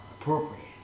appropriate